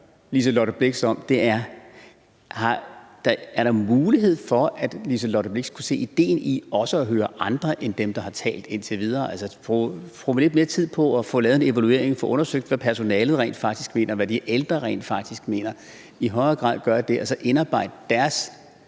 Liselott Blixt om, er: Er der mulighed for, at Liselott Blixt kunne se ideen i også at høre andre end dem, der har talt indtil videre – altså bruge lidt mere tid på at lave en evaluering og få undersøgt, hvad personalet rent faktisk mener, hvad de ældre rent faktisk mener, altså i højere grad gøre det og så indarbejde deres